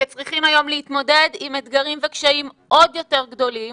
שצריכים היום להתמודד עם אתגרים וקשיים עוד יותר גדולים,